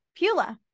Pula